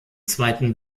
zweiten